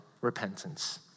repentance